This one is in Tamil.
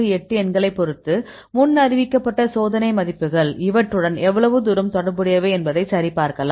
8 எண்களைப் பொறுத்து முன்னறிவிக்கப்பட்ட சோதனை மதிப்புகள் இவற்றுடன் எவ்வளவு தூரம் தொடர்புடையவை என்பதை சரிபார்க்கலாம்